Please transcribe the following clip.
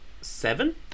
seven